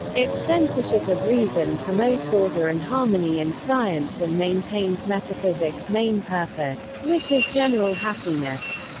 its censorship of reason promotes order and harmony in science and maintains metaphysic's main purpose, which is general happiness.